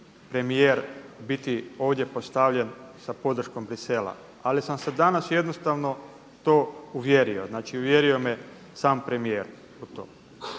premijer biti ovdje postavljen sa podrškom Bruxellesa ali sam se danas jednostavno to uvjerio, znači uvjerio me sam premijer u to.